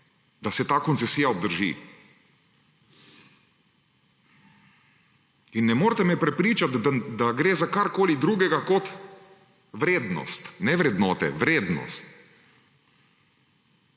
da se ta koncesija obdrži? Ne morete me prepričati, da gre za kakorkoli drugega kot vrednost, ne vrednote! Vrednost.